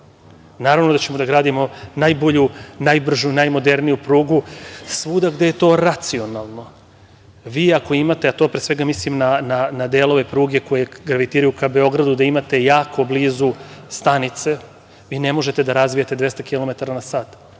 to. Naravno da ćemo da gradimo najbolju, najbržu, najmoderniju prugu svuda gde je to racionalno. Vi ako imate, a to pre svega mislim na delove pruge koji gravitiraju ka Beogradu, jako blizu stanice, vi ne možete da razvijete 200 kilometara